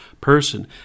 person